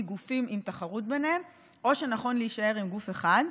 גופים עם תחרות ביניהם או שנכון להישאר עם גוף אחד.